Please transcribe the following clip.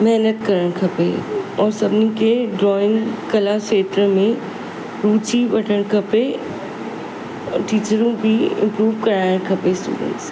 महिनतु करणु खपे ऐं सभिनीनि खे ड्रॉइंग कला खेत्र में रुची वठणु खपे अ टीचरूं बि इम्प्रूव कराइणु खपे स्टूडेंट्स खे